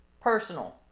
personal